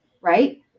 right